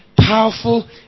powerful